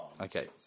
Okay